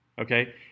okay